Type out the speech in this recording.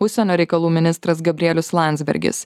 užsienio reikalų ministras gabrielius landsbergis